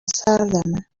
سردمه